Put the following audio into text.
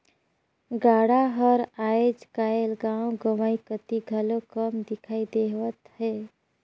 गाड़ा हर आएज काएल गाँव गंवई कती घलो कम दिखई देवत हे